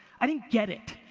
i didn't get it.